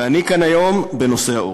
ואני כאן היום בנושא העורף.